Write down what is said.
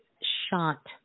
shot